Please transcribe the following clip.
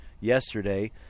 yesterday